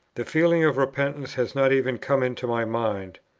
the feeling of repentance has not even come into my mind.